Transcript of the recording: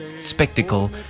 spectacle